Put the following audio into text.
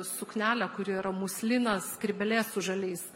suknelė kuri yra muslinas skrybėlė su žaliais